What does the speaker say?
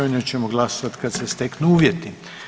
O njoj ćemo glasovati kad se steknu uvjeti.